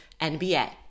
NBA